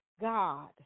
God